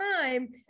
time